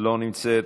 לא נמצא,